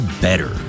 better